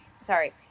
sorry